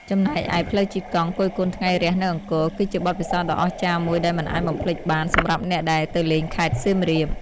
ចំណែកឯ ផ្លូវជិះកង់ គយគន់ថ្ងៃរះនៅអង្គរ គឺជាបទពិសោធន៍ដ៏អស្ចារ្យមួយដែលមិនអាចបំភ្លេចបានសម្រាប់អ្នកដែលទៅលេងខេត្តសៀមរាប។